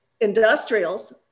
industrials